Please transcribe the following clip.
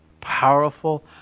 powerful